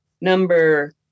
number